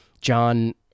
John